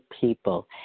people